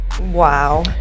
Wow